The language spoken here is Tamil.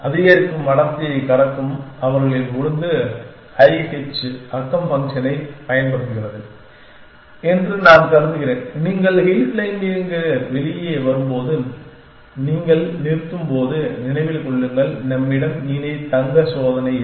அதிகரிக்கும் அடர்த்தியைக் கடக்கும் அவர்களின் ஒழுங்கு I H நெய்பர் ஃபங்க்ஷனைப் பயன்படுத்துகிறது என்று நான் கருதுகிறேன் நீங்கள் ஹில் கிளிம்பிங்கிலிருந்து வெளியே வரும்போது நீங்கள் நிறுத்தும்போது நினைவில் கொள்ளுங்கள் நம்மிடம் இனி தங்க சோதனை இல்லை